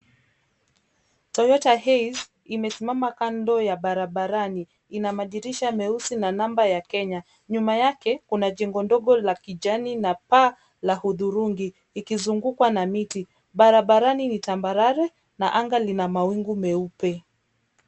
Toyota Hiace imesimama kando ya barabarani. Ina madirisha meusi na namba ya Kenya. Nyuma yake kuna jengo ndogo la kijani na paa la hudhurungi likizungukwa na miti. Barabarani ni tambarare na anga lina mawingu meupe.